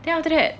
then after that